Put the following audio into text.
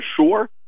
sure